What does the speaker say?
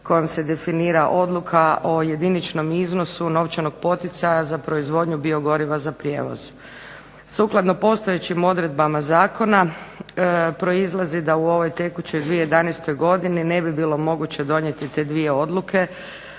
kojim se definira odluka o jediničnom iznosu novčanog poticaja za proizvodnju biogoriva za prijevoz. Sukladno postojećim odredbama zakona proizlazi da u ovoj tekućoj 2011. godini ne bi bilo moguće donijeti te dvije odluke